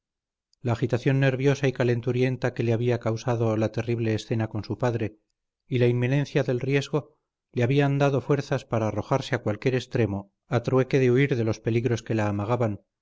la agitación nerviosa y calenturienta que le había causado la terrible escena con su padre y la inminencia del riesgo le habían dado fuerzas para arrojarse a cualquier extremo a trueque de huir de los peligros que la amagaban